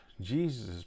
Jesus